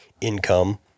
income